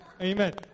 Amen